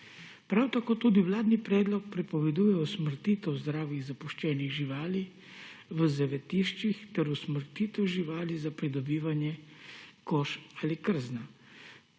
Prav tako tudi vladni predlog prepoveduje usmrtitev zdravih zapuščenih živali v zavetiščih ter usmrtitev živali za pridobivanje kož ali krzna.